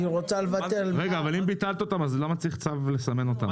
אם ביטלת אותם, למה צריך צו לסמן אותם?